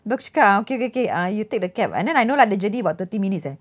abeh aku cakap ah okay okay okay uh you take the cab and then I know lah the journey about thirty minutes eh